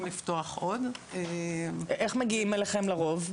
לפתוח עוד- -- איך מגיעים אליכם לרוב?